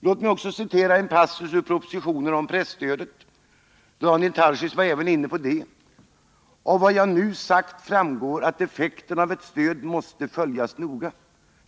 Låt mig också citera en passus ur propositionen om presstödet — Daniel Tarschys var inne även på den: ”Av vad jag nu har sagt framgår att effekterna av ett stöd måste följas noga.